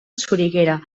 soriguera